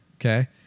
Okay